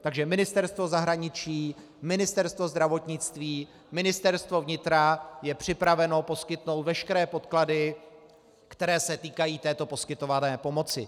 Takže Ministerstvo zahraničí, Ministerstvo zdravotnictví, Ministerstvo vnitra je připraveno poskytnout veškeré podklady, které se týkají této poskytované pomoci.